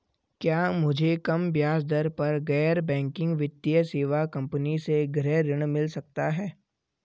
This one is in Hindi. क्या मुझे कम ब्याज दर पर गैर बैंकिंग वित्तीय सेवा कंपनी से गृह ऋण मिल सकता है?